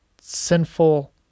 sinful